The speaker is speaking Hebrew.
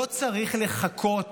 לא צריך לחכות